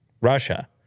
Russia